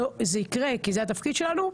זה יקרה כי זה התפקיד שלנו,